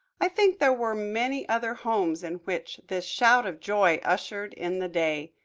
i think there were many other homes in which this shout of joy ushered in the day.